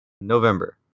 November